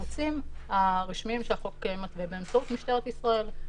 הערוצים הרשמיים שהחוק מתווה באמצעות משטרת ישראל.